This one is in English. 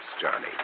Johnny